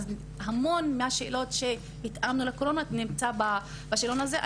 אז המון מהשאלות שהתאמנו לקורונה נמצאות בשאלון הזה.